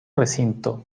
recinto